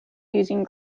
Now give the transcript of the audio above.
using